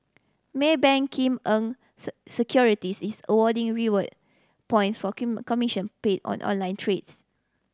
Maybank Kim Eng Securities is awarding reward point for commission paid on online trades